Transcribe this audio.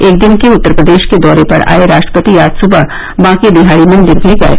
एक दिन के उत्तर प्रदेश के दौरे पर आए राष्ट्रपति आज सुबह बांकेबिहारी मंदिर भी गये